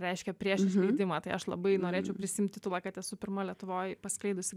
reiškia prieš išleidimą tai aš labai norėčiau prisiimt titulą kad esu pirma lietuvoj paskleidusi